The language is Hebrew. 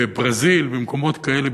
בברזיל, במקומות כאלה.